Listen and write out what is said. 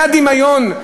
זה הדמיון?